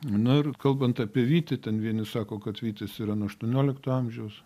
nu ir kalbant apie vytį ten vieni sako kad vytis yra nuo aštuoniolikto amžiaus